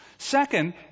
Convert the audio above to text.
Second